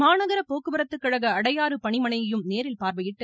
மாநகர போக்குவரத்துக்கழக அடையாறு பணிமனையையும் நேரில் பார்வையிட்டு